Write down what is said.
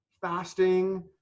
fasting